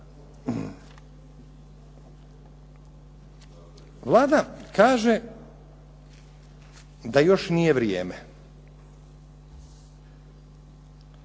Vlada kaže da još nije vrijeme.